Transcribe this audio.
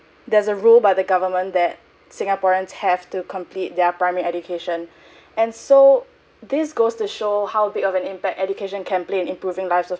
there's a rule by the government that singaporeans have to complete their primary education and so this goes to show how big of an impact education can play improving lives of